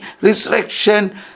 resurrection